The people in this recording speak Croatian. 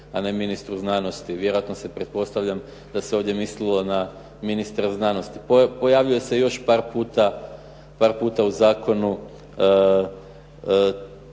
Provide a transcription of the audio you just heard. a ne ministru znanosti. Vjerojatno se, pretpostavljam da se ovdje mislilo na ministra znanosti. Pojavljuje se još par puta u zakonu